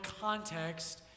context